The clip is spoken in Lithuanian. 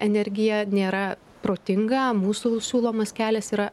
energiją nėra protinga mūsų siūlomas kelias yra